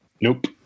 Nope